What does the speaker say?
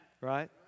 Right